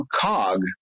cog